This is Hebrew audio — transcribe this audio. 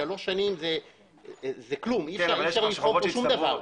שלוש שנים זה כלום, אי-אפשר -- -שום דבר.